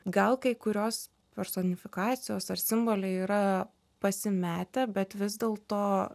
gal kai kurios personifikacijos ar simboliai yra pasimetę bet vis dėlto